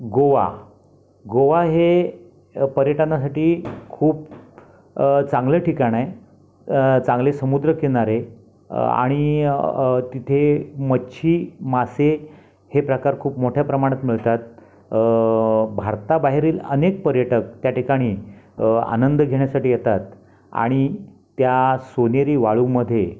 गोवा गोवा हे पर्यटनासाठी खूप चांगलं ठिकाण आहे चांगले समुद्रकिनारे आणि तिथे मच्छी मासे हे प्रकार खूप मोठ्या प्रमाणात मिळतात भारताबाहेरील अनेक पर्यटक त्या ठिकाणी आनंद घेण्यासाठी येतात आणि त्या सोनेरी वाळूमध्ये